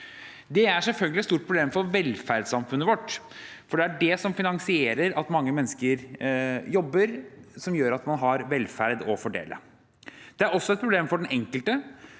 Det er selvfølgelig et stort problem for velferdssamfunnet vårt, for det er det at mange mennesker jobber, som finansierer at man har velferd å fordele. Det er også et problem for den enkelte,